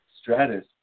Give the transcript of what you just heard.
Stratus